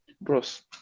bros